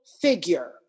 figure